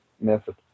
method